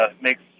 makes